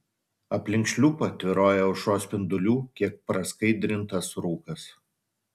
aplink šliupą tvyrojo aušros spindulių kiek praskaidrintas rūkas